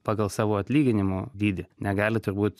pagal savo atlyginimo dydį negali turbūt